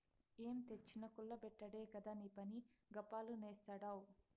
ఏం తెచ్చినా కుల్ల బెట్టుడే కదా నీపని, గప్పాలు నేస్తాడావ్